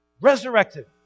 Resurrected